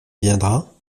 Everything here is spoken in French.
viendra